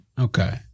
Okay